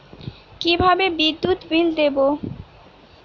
কিভাবে বিদ্যুৎ বিল দেবো?